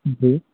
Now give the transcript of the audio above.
जी